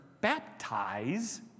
baptize